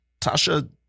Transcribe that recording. Tasha